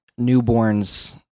newborns